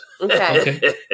Okay